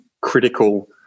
critical